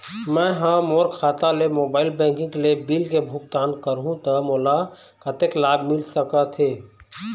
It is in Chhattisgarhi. मैं हा मोर खाता ले मोबाइल बैंकिंग ले बिल के भुगतान करहूं ता मोला कतक लाभ मिल सका थे?